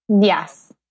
Yes